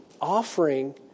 offering